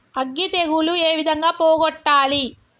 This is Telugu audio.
అగ్గి తెగులు ఏ విధంగా పోగొట్టాలి?